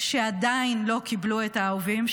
שעדיין לא קיבלו את האהובים,